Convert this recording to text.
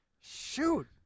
Shoot